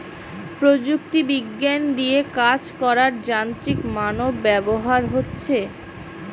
প্রযুক্তি বিজ্ঞান দিয়ে কাজ করার যান্ত্রিক মানব ব্যবহার হচ্ছে